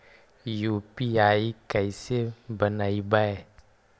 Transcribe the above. UPI कैसे बनइबै?